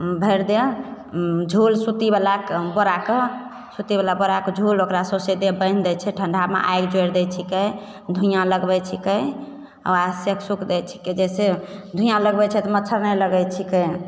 भरि देह झोल सूतीवला बोराके सूतवला बोराके झोल ओकरा सोँसे देह बान्हि दै छै ठण्डामे आगि जोड़ि दै छिकै धुइआँ लगबै छिकै आओर ओकरा सेक सुक दै छिकै जइसे धुइआँ लगबै छै तऽ मच्छर नहि लागै छिकै